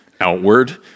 outward